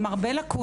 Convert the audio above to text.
עם הרבה לקונות.